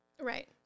Right